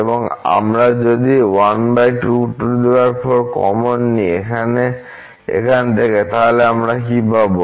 এবং আমরা যদি 124 কমন নিই এখান থেকে তাহলে আমরা কী পাবো